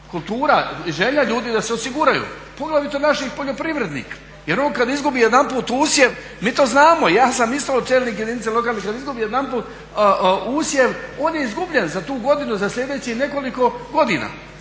kultura i želja ljudi da se osiguraju, poglavito naših poljoprivrednika. Jer on kada izgubi jedanput usjev, mi to znamo i ja sam isto čelnik jedinice lokalne, kada izgubi jedanput usjev on je izgubljen za tu godinu, za sljedećih nekoliko godina.